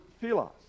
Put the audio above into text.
philos